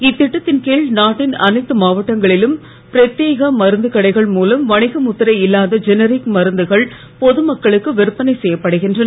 இத்திட்டத்தின் கீழ் நாட்டின் அனைத்து மாவட்டங்களிலும் பிரத்யேக மருந்து கடைகள் மூலம் வணிக முத்திரை இல்லாத ஜெனரிக் மருந்துகள் பொதுமக்களுக்கு விற்பனை செய்யப்படுகின்றன